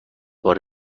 وارد